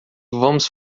vamos